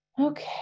Okay